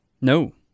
No